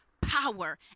power